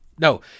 No